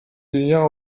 dünya